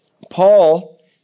Paul